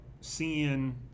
seeing